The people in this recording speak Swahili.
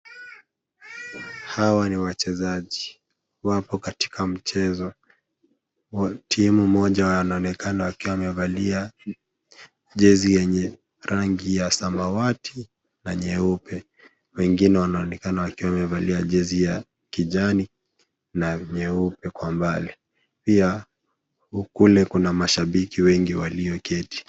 Hawa ni wachezaji. Wapo katika mchezo. Timu moja wanaoonekana wakiwa wamevalia jezi yenye rangi ya samawati na nyeupe. Wengine wanaonekana wakiwa wamevalia jezi ya kijani na nyeupe kwa umbali. Pia kule kuna mashabiki wengi walioketi.